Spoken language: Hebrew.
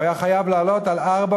הוא היה חייב לעלות על ארבע,